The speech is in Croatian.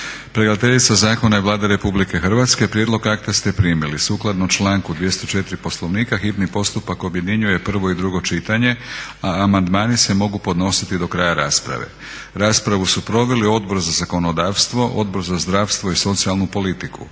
Predlagateljica zakona je Vlada RH. Prijedlog akta ste primili. Sukladno članku 204. Poslovnika hitni postupak objedinjuje prvo i drugo čitanje, a amandmani se mogu podnositi do kraja rasprave. Raspravu su proveli Odbor za zakonodavstvo, Odbor za zdravstvo i socijalnu politiku.